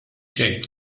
xejn